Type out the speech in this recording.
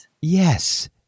Yes